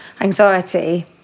anxiety